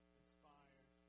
inspired